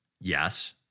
Yes